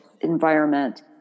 environment